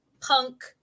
punk